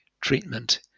treatment